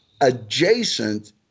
adjacent